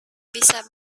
bisa